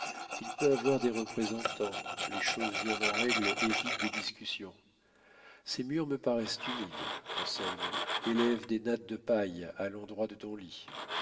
et peut avoir des représentants les choses bien en règle évitent des discussions ces murs me paraissent humides anselme élève des nattes de paille à l'endroit de ton lit